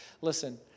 Listen